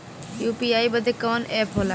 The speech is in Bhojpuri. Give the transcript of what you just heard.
यू.पी.आई बदे कवन ऐप होला?